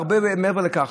והרבה מעבר לכך.